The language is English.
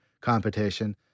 competition